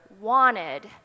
wanted